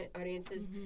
audiences